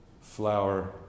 flower